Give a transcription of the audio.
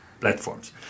platforms